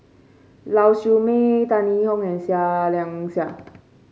Lau Siew Mei Tan Yee Hong and Seah Liang Seah